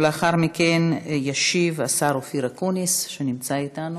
לאחר מכן ישיב השר אופיר אקוניס, שנמצא אתנו.